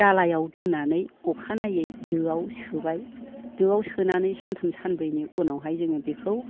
दालायाव दोननानै अखानायै दोआव सोबाय दोआव सोनानै सानथाम सानब्रैनि उनाव हाय जोङो बेखौ